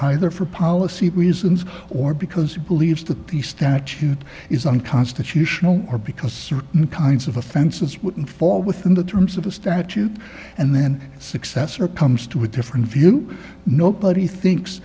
either for policy reasons or because he believes that the statute is unconstitutional or because certain kinds of offenses wouldn't fall within the terms of the statute and then successor comes to a different view nobody thinks